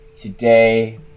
today